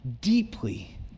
deeply